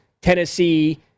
Tennessee